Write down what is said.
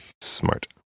smart